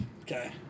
okay